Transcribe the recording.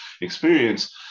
experience